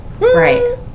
Right